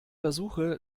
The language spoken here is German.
versuche